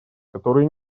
которые